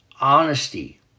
Honesty